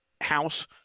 House